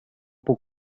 puc